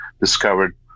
discovered